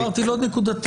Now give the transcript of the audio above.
לא נקודתיות.